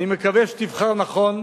אני מקווה שתבחר נכון,